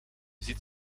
ziet